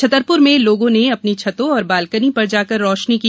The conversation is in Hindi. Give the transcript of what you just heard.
छतरपुर में लोगों ने अपनी छतों और बालकनी पर जाकर रोशनी की